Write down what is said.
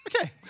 Okay